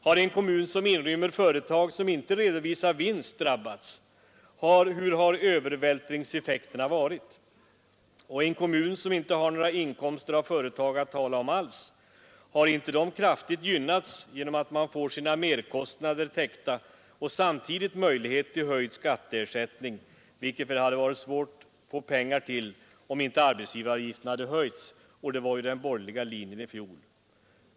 Har en kommun som inrymmer företag som inte redovisar vinst drabbats? Hur har övervältringseffekterna varit? Och en kommun som inte har några inkomster av företag att tala om alls, har inte den kraftigt gynnats genom att den får sina merkostnader täckta och samtidigt ges möjlighet till höjd skatteersättning? Och den höjningen hade det väl varit svårt att få pengar till om inte arbetsgivaravgiften hade höjts; det var ju den borgerliga linjen i fjol.